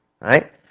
Right